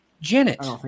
Janet